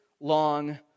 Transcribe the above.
long